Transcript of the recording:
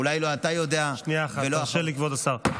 אולי לא אתה ולא, שנייה אחת, תרשה לי, כבוד השר.